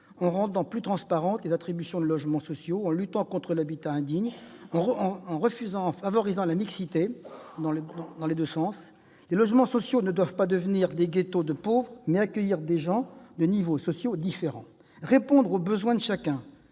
en rendant plus transparentes les attributions de logements sociaux, en luttant contre l'habitat indigne et en favorisant la mixité, dans les deux sens : les logements sociaux ne doivent pas devenir des ghettos de pauvres, mais accueillir des gens de niveaux sociaux différents. Répondre aux besoins de chacun,